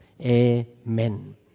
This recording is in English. Amen